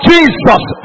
Jesus